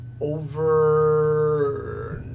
over